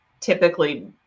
typically